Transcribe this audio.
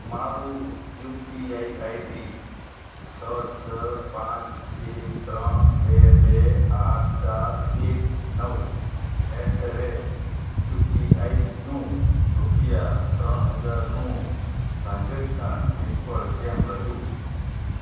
મારું U P I I D છ છ પાંચ એક ત્રણ બે બે આઠ ચાર એક નવ at the rate U P આઈનું રૂપિયા ત્રણ હજારનું ટ્રાન્ઝેક્શન નિષ્ફળ કેમ રહ્યું